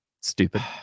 Stupid